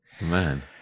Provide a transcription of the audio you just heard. Man